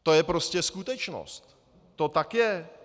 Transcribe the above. To je prostě skutečnost, to tak je.